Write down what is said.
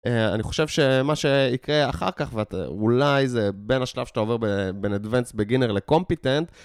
אני חושב שמה שיקרה אחר כך, ואולי זה בין השלב שאתה עובר בין Advanced Beginner ל competent,